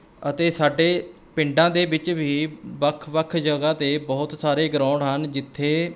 ਅਤੇ ਸਾਡੇ ਪਿੰਡਾਂ ਦੇ ਵਿੱਚ ਵੀ ਵੱਖ ਵੱਖ ਜਗ੍ਹਾ 'ਤੇ ਬਹੁਤ ਸਾਰੇ ਗਰਾਊਂਡ ਹਨ ਜਿੱਥੇ